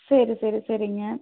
சரி சரி சரிங்க